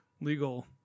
Legal